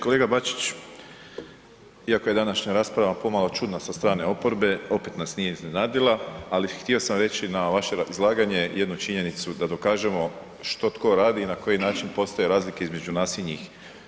Kolega Bačić, iako je današnja rasprava pomalo čudna sa strane oporbe, opet nas nije iznenadila, ali htio sam reći na vaše izlaganje jednu činjenicu, da dokažemo što tko radi i na koji način postoje razlike između nas i njih.